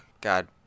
God